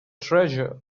treasure